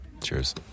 cheers